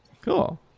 cool